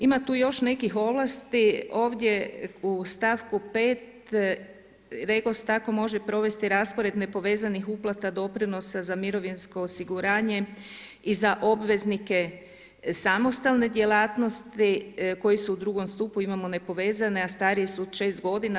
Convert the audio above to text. Ima tu još nekih ovlasti ovdje u stavku 5. REGOS tako može provesti raspored nepovezanih uplata doprinosa za mirovinsko osiguranje i za obveznike samostalne djelatnosti koji su u drugom stupu, imamo nepovezane a stariji su od 6 godina.